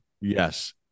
Yes